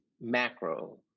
macro